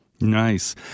Nice